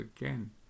again